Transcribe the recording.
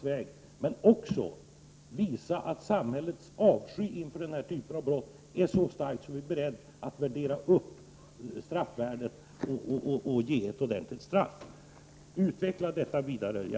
Men det gäller också att visa att samhällets avsky för den här typen av brott är så stark att vi är be redda att värdera upp straffet, att medverka till ett ordentligt straff. Utveckla gärna detta!